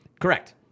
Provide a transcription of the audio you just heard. Correct